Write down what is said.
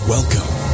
Welcome